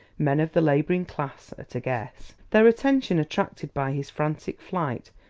men of the laboring class, at a guess. their attention attracted by his frantic flight,